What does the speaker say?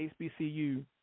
HBCU